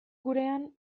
gurean